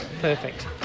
perfect